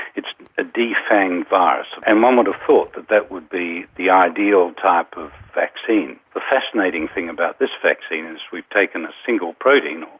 it's a defanged virus. and one would have thought that that would be the ideal type of vaccine. the fascinating thing about this vaccine is we've taken a single protein,